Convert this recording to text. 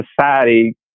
society